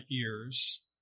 ears